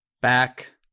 Back